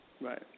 Right